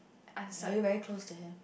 are you very close to him